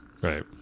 right